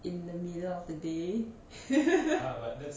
in the middle of the day